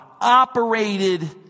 operated